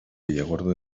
villargordo